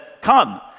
come